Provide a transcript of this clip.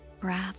Breath